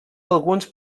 alguns